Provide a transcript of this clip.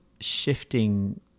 shifting